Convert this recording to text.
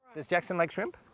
does jackson like shrimp?